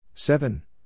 Seven